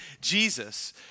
Jesus